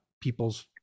people's